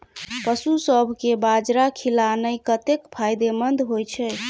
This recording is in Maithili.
पशुसभ केँ बाजरा खिलानै कतेक फायदेमंद होइ छै?